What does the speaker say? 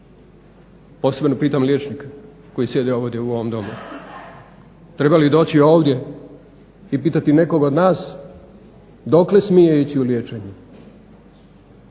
Posebno pitam liječnike koji sjede ovdje u ovom Domu. Treba li doći ovdje i pitati nekoga od nas dokle smije ići u liječenju?